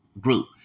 group